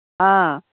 ꯑꯥ